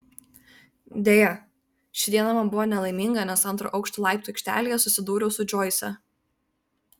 deja ši diena man buvo nelaiminga nes antro aukšto laiptų aikštelėje susidūriau su džoise